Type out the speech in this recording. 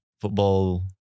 football